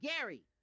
Gary